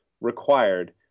required